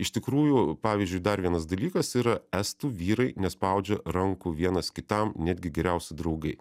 iš tikrųjų pavyzdžiui dar vienas dalykas yra estų vyrai nespaudžia rankų vienas kitam netgi geriausi draugai